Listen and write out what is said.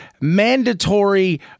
mandatory